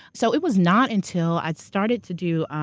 so it was not until i started to do.